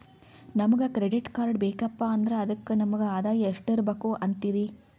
ನಮಗ credit card ಬೇಕಪ್ಪ ಅಂದ್ರ ಅದಕ್ಕ ನಮಗ ಆದಾಯ ಎಷ್ಟಿರಬಕು ಅಂತೀರಿ?